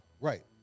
Right